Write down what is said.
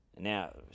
Now